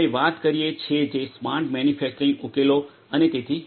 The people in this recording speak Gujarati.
આપણે વાત કરીએ છીએ જે સ્માર્ટ મેન્યુફેક્ચરિંગ ઉકેલો અને તેથી વધુ